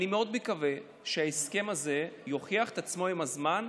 אני מאוד מקווה שההסכם הזה יוכיח את עצמו במשך הזמן,